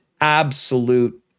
absolute